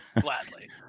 Gladly